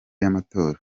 y’amatora